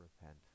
repent